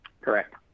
Correct